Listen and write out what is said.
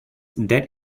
debt